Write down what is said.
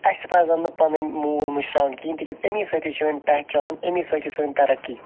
اَسہِ پَزَن نہٕ پَنن موٗل مٔشراوٕن کِہیٖنۍ تکیازِ امے سۭتۍ چھِ سٲنۍ پہچان امے سۭتۍ چھِ سٲنۍ تَرَقی